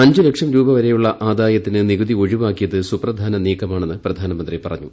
അഞ്ച് ലക്ഷം രൂപവരെയുള്ള ആദായത്തിന് നികുതി ഒഴിവാക്കിയത് സുപ്രധാന നീക്കമാണെന്ന് പ്ര്യ്യാനമന്ത്രി പറഞ്ഞു